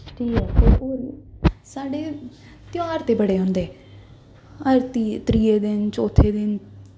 फ्ही साढ़े तेहार ते बड़े औंदे हर त्रीये दिन चौथे दिन